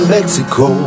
Mexico